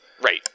Right